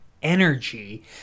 energy